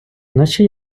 наче